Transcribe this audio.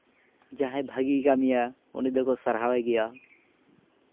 ᱡᱟᱦᱟᱸᱭ ᱵᱷᱟᱹᱜᱤᱭ ᱠᱟᱹᱢᱤᱭᱟ ᱩᱱᱤ ᱫᱚᱠᱚ ᱥᱟᱨᱦᱟᱣᱮ ᱜᱮᱭᱟ